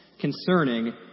concerning